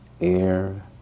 air